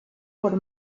por